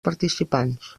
participants